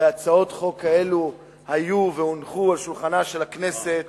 הרי הצעות חוק כאלה היו והונחו על שולחנה של הכנסת